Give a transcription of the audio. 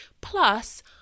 plus